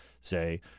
say